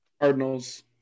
Cardinals